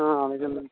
అలాగే అండి